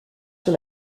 sur